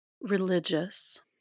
religious